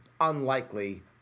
unlikely